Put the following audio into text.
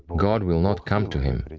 god will not come to him,